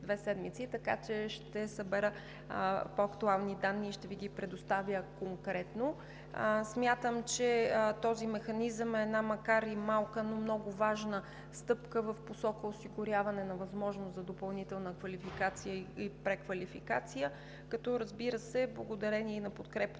седмици. Ще събера по-актуални данни и ще Ви ги предоставя конкретно. Смятам, че този механизъм е една, макар и малка, но много важна стъпка в посока осигуряване на възможност за допълнителна квалификация и преквалификация, като, разбира се, благодарение и на подкрепата